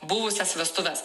buvusias vestuves